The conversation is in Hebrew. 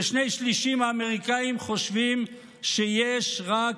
כשני-שלישים מהאמריקאים חושבים שיש רק